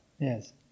Yes